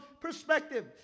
perspective